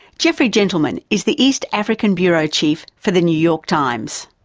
jeffrey gentleman is the east african bureau chief for the new york times.